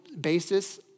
basis